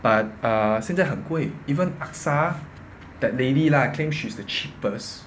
but uh 现在很贵 even A_X_A that lady lah claims she's the cheapest